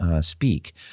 speak